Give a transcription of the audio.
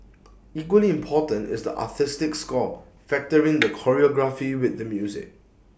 equally important is the artistic score factoring the choreography with the music